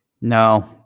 no